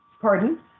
Pardon